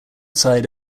side